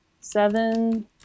Seven